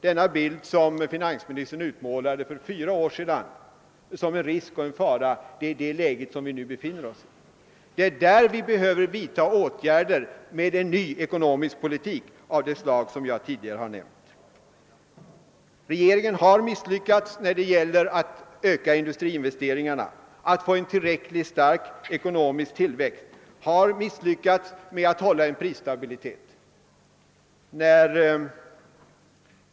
Den bild som finansministern utmålade för fyra år sedan som en risk och en fara beskriver det läge som vi nu befinner oss i. Därför behöver vi vidta åtgärder för en ny ekonomisk politik av det slag som jag tidigare har nämnt. Regeringen har misslyckats med att öka industriinvesteringarna och att åstadkomma en tillräckligt stark ekonomisk tillväxt, och den har misslyckats med att upprätthålla prisstabili tet.